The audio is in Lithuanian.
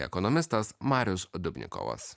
ekonomistas marius dubnikovas